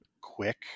quick